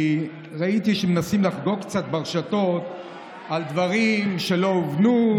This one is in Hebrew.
כי ראיתי שמנסים לחגוג קצת ברשתות על דברים שלא הובנו,